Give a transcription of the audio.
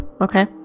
okay